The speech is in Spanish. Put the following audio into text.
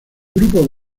grupo